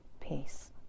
peace